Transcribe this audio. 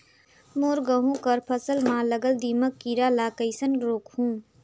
मोर गहूं कर फसल म लगल दीमक कीरा ला कइसन रोकहू?